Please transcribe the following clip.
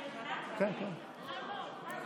עשר